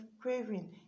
craving